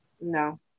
No